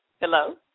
Hello